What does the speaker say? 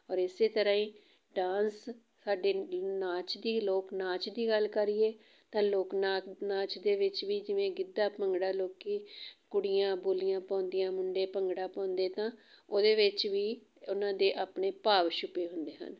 ਔਰ ਇਸ ਤਰ੍ਹਾਂ ਹੀ ਡਾਂਸ ਸਾਡੇ ਨਾਚ ਦੀ ਲੋਕ ਨਾਚ ਦੀ ਗੱਲ ਕਰੀਏ ਤਾਂ ਲੋਕ ਨਾਥ ਨਾਚ ਦੇ ਵਿੱਚ ਵੀ ਜਿਵੇਂ ਗਿੱਧਾ ਭੰਗੜਾ ਲੋਕ ਕੁੜੀਆਂ ਬੋਲੀਆਂ ਪਾਉਂਦੀਆਂ ਮੁੰਡੇ ਭੰਗੜਾ ਪਾਉਂਦੇ ਤਾਂ ਉਹਦੇ ਵਿੱਚ ਵੀ ਉਹਨਾਂ ਦੇ ਆਪਣੇ ਭਾਵ ਛੁਪੇ ਹੁੰਦੇ ਹਨ